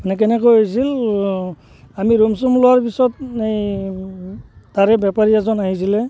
মানে কেনেকৈ হৈছিল আমি ৰুম চুম লোৱাৰ পিছত এই তাৰে বেপাৰী এজন আহিছিলে